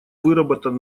выработан